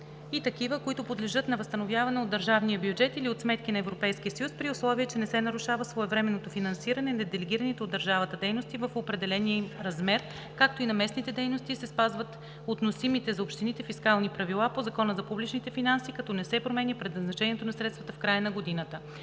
и такива, които подлежат на възстановяване от държавния бюджет или от сметки на Европейския съюз, при условие че не се нарушава своевременното финансиране на делегираните от държавата дейности в определения им размер, както и на местните дейности, и се спазват относимите за общините фискални правила по Закона за публичните финанси, като не се променя предназначението на средствата в края на годината.